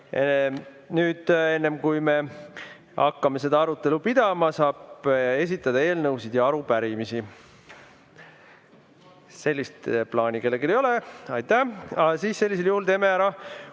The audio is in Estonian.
arutelu. Enne kui me hakkame seda arutelu pidama, saab esitada eelnõusid ja arupärimisi. Sellist plaani kellelgi ei ole. Sellisel